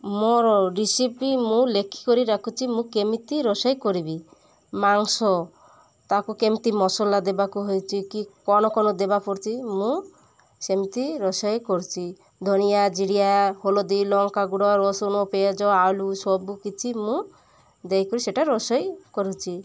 ମୋର ରିସିପି ମୁଁ ଲେଖିକରି ରଖୁଛି ମୁଁ କେମିତି ରୋଷେଇ କରିବି ମାଂସ ତାକୁ କେମିତି ମସଲା ଦେବାକୁ ହେଇଛି କି କ'ଣ କ'ଣ ଦେବା ପଡ଼ୁଛି ମୁଁ ସେମିତି ରୋଷେଇ କରୁଛି ଧନିଆ ଜିରିଆ ହଲଦୀ ଲଙ୍କା ଗୁଡ଼ ରସୁଣ ପିଆଜ ଆଲୁ ସବୁ କିଛି ମୁଁ ଦେଇକରି ସେଇଟା ରୋଷେଇ କରୁଛି